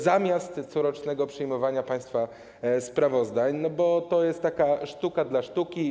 Zamiast corocznego przyjmowania państwa sprawozdań, bo to jest taka sztuka dla sztuki.